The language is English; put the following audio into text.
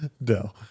No